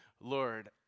Lord